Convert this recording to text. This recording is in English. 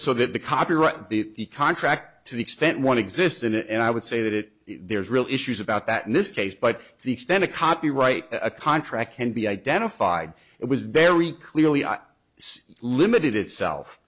so that the copyright in the contract to the extent one exists and i would say that it there's real issues about that in this case but the extent to copyright a contract can be identified it was very clearly limited itself